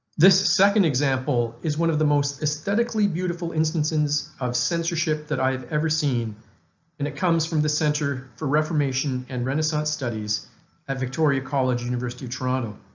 this second example is one of the most aesthetically beautiful instances of censorship that i have ever seen and it comes from the center for reformation and renaissance studies at victoria college, university of toronto.